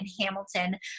Hamilton